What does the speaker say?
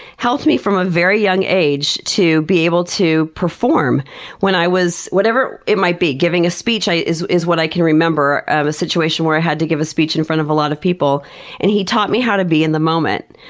helped me from a very young age to be able to perform when i was whatever it might be. giving a speech is is what i can remember. a situation where i had to give a speech in front of a lot of people and he taught me how to be in the moment.